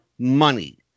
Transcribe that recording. money